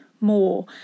more